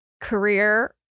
career